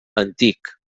antic